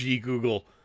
Google